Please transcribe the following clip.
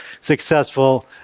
successful